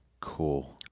Cool